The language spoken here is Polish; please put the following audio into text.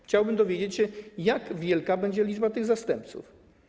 Chciałbym dowiedzieć się, jak wielka będzie liczba tych zastępców.